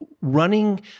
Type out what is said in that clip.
running